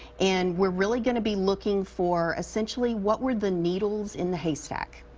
and we're really going to be looking for essentially what were the needles in the haystack.